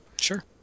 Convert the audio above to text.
Sure